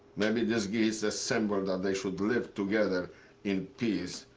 maybe this gives a symbol that they should live together in peace.